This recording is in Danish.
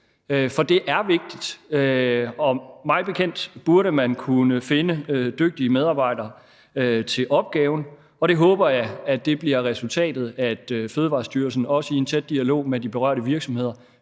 For det er vigtigt, og mig bekendt burde man kunne finde dygtige medarbejdere til opgaven, og jeg håber, at det bliver resultatet, at Fødevarestyrelsen også i en tæt dialog med de berørte virksomheder